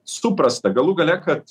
suprasta galų gale kad